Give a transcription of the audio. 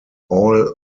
all